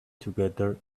together